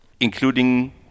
including